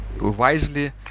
wisely